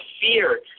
fear